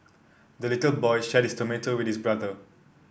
the little boy shared his tomato with his brother